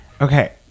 Okay